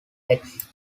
legs